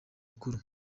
mukuru